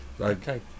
Okay